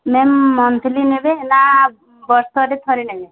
ma'am monthly ନେବେ ନା ବର୍ଷରେ ଥରେ ନେବେ